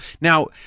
Now